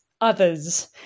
others